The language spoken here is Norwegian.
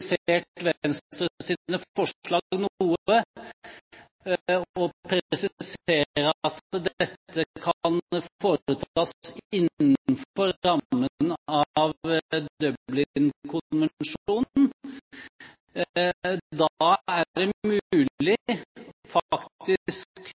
og presiserer at dette kan foretas innenfor rammen av Dublinkonvensjonen. Det er